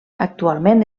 actualment